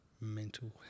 mental